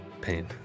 Pain